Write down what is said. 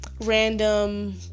random